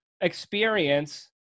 experience